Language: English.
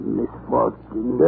misfortune